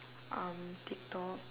um tiktok